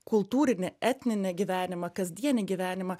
kultūrinį etninį gyvenimą kasdienį gyvenimą